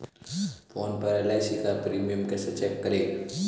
Phone पर LIC का premium कैसे चेक करें?